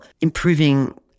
improving